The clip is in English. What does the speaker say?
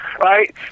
right